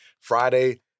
Friday